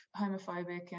homophobic